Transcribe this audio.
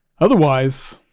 otherwise